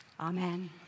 Amen